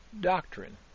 doctrine